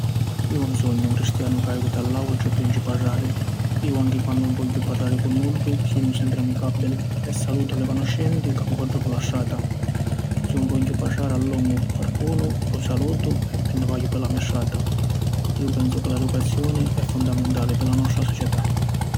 Iu ‘un sugnu un cristianu ca evita a l’autri pi ‘un ci parrari. Iu anchi quannu ‘un vogghiu parrari cu nuddu, sugnu sempri amicabili e salutu a li canuscenti ca ncontru pi la strata. Si ‘un vogghiu parrari a longu cu quarcunu, lu salutu e mi ni vaju pi la me strata. Iu pensu ca la educazioni è fundamentali pi la nostra società.